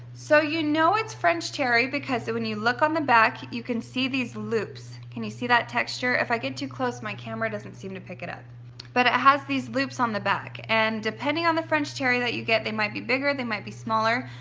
so you know it's french terry because when you look on the back, you can see these loops. can you see that texture? if i get too close my camera doesn't seem to pick it up but it has these loops on the back and depending on the french terry that you get, they might be bigger, they might be smaller.